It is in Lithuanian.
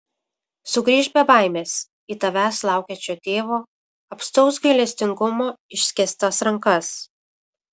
sugrįžk be baimės į tavęs laukiančio tėvo apstaus gailestingumo išskėstas rankas